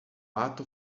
ato